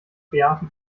beate